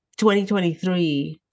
2023